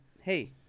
hey